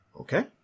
Okay